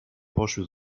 poszły